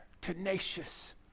Tenacious